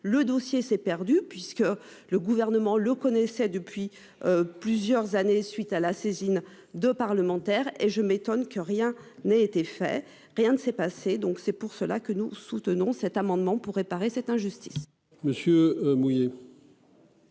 le dossier s'est perdu puisque le gouvernement le connaissais depuis. Plusieurs années suite à la saisine de parlementaires et je m'étonne que rien n'a été fait. Rien ne s'est passé. Donc c'est pour cela que nous soutenons cet amendement pour réparer cette injustice.